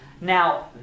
now